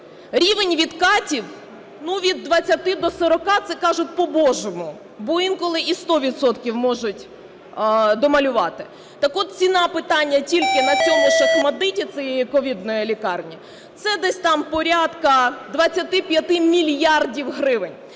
Рівень відкатів від 20 до 40, це, кажуть, по-божому, бо інколи і 100 відсотків можуть домалювати. Так от ціна питання тільки на цьому ж "ОХМАТДИТ", цієї ковідної лікарні, це десь там порядку 25 мільярдів гривень.